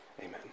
Amen